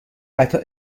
قطار